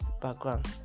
background